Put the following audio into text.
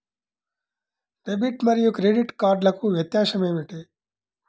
Debit మరియు credit కార్డ్లకు వ్యత్యాసమేమిటీ?